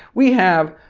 we have,